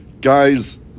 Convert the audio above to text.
Guys